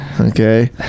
okay